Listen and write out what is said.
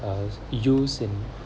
uh youth and